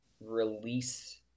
release